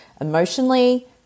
emotionally